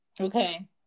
Okay